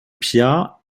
piat